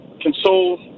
console